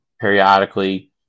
periodically